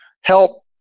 help